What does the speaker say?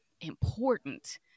important